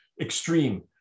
extreme